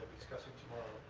discussing tomorrow.